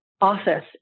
office